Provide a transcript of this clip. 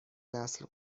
نسل